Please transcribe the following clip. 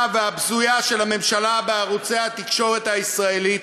והבזויה של הממשלה בערוצי התקשורת הישראלית,